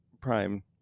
prime